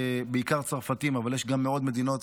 בעיקר של צרפתים אבל יש גם מעוד מדינות,